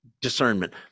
discernment